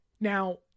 Now